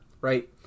right